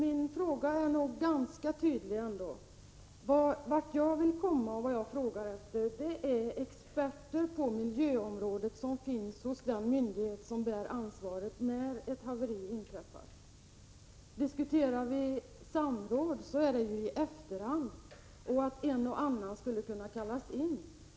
Herr talman! Nej, min fråga var nog ganska tydlig. Jag efterlyser experter på miljöområdet inom den myndighet som bär ansvaret när ett haveri inträffar. Samråd är ju någonting som kommer in i bilden i efterhand, då en eller annan expert skulle kunna kallas in.